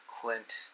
Clint